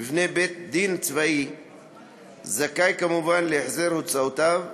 בפני בית-דין צבאי זכאי כמובן להחזר הוצאותיו,